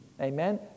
Amen